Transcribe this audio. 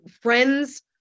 friends